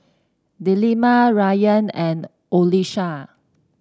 Delima Rayyan and Qalisha